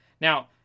Now